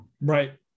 Right